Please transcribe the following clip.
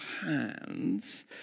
hands